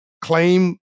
claim